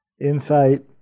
insight